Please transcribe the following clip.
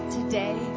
Today